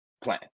plan